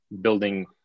Building